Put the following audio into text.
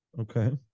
Okay